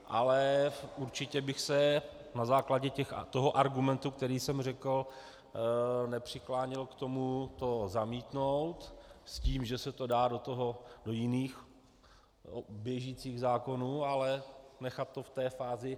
Ale určitě bych se na základě toho argumentu, který jsem řekl, nepřikláněl k tomu to zamítnout s tím, že se to dá do jiných běžících zákonů, ale nechat to v té fázi...